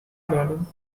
madam